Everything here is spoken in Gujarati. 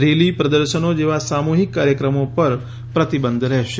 રેલી પ્રદર્શનો જેવા સામૂહિક કાર્યક્રમો પર પ્રતિબંધ રહેશે